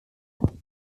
attacks